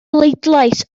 bleidlais